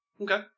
Okay